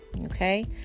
Okay